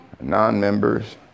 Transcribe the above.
non-members